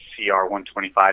CR125